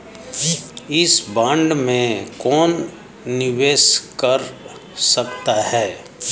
इस बॉन्ड में कौन निवेश कर सकता है?